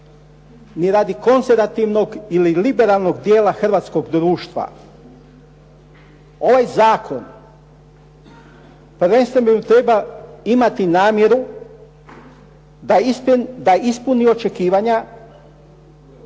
ni raditi konzervativnog ili liberalnog tijela hrvatskog društva, ovaj zakon prvenstveno treba imati namjeru da ispuni očekivanja